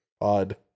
Odd